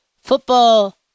Football